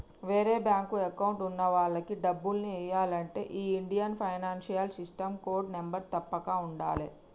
వేరే bank account ఉన్న వాళ్లకి డబ్బుల్ని ఎయ్యాలంటే ఈ Indian financial system code number తప్పక ఉండాలే